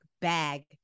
bag